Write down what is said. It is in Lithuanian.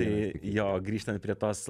tai jo grįžtant prie tos